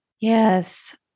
Yes